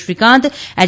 Srikanth H